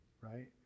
right